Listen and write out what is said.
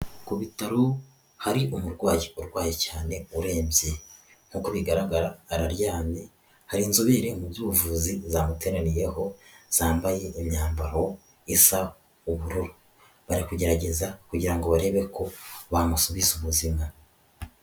Ku bitaro hari umurwayi urwaye cyane urembye, nkuko bigaragara araryamye, hari inzobere mu by'ubuvuzi zamuteraniyeho, zambaye imyambaro isa ubururu, bari kugerageza kugira ngo barebe ko bamusubiza ubuzima.